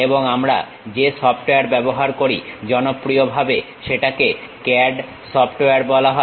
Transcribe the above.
এবং আমরা যে সফটওয়্যার ব্যবহার করি জনপ্রিয় ভাবে সেটাকে CAD সফটওয়্যার বলা হয়